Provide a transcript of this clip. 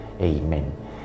Amen